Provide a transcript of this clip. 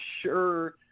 sure